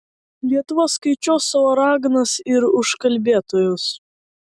lietuva skaičiuos savo raganas ir užkalbėtojus